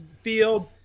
field